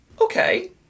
okay